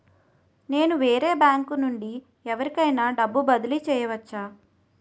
నేను వేరే బ్యాంకు నుండి ఎవరికైనా డబ్బు బదిలీ చేయవచ్చా?